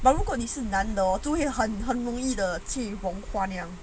but 如果你是男的 hor 就会很很容易的去融化那样